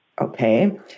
Okay